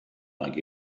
like